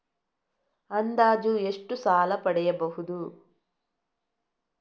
ಅಂದಾಜು ಎಷ್ಟು ಸಾಲ ಪಡೆಯಬಹುದು?